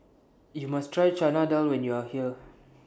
YOU must Try Chana Dal when YOU Are here